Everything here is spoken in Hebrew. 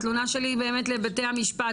התלונה שלי באמת לבתי המשפט,